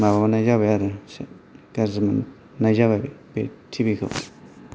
माबानाय जाबाय आरो एसे गाज्रि मोननाय जाबाय बे टिबिखौ